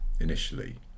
initially